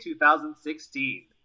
2016